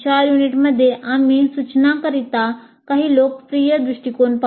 युनिटमध्ये आम्ही सूचनांकरीता काही लोकप्रिय दृष्टीकोन पाहू